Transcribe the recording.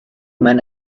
men